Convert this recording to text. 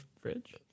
fridge